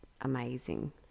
amazing